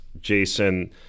Jason